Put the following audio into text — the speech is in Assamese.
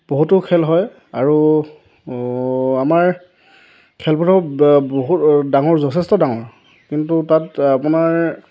বহুতো খেল হয় আৰু আমাৰ খেলপথাৰ বহুত ডাঙৰ যথেষ্ট ডাঙৰ কিন্তু তাত আপোনাৰ